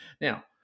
Now